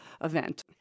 event